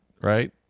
right